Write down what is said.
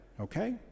okay